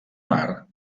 mart